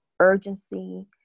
Urgency